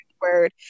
word